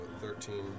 thirteen